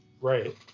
Right